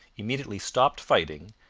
immediately stopped fighting,